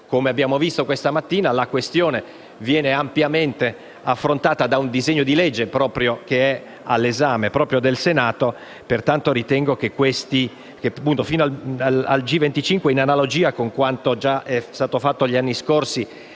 come abbiamo visto questa mattina, la questione viene ampiamente affrontata da un disegno di legge che è all'esame proprio del Senato. Pertanto ritengo che tali ordini del giorno, in analogia con quanto è già stato fatto negli anni scorsi